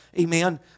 amen